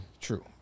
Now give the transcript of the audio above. True